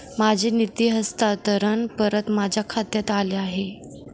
माझे निधी हस्तांतरण परत माझ्या खात्यात आले आहे